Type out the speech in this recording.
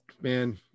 man